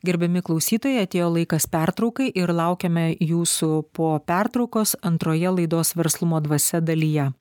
gerbiami klausytojai atėjo laikas pertraukai ir laukiame jūsų po pertraukos antroje laidos verslumo dvasia dalyje